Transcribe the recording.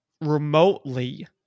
remotely